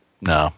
no